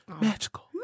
Magical